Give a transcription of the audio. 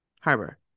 Harbor